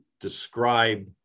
describe